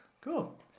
Cool